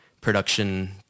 production